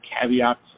caveats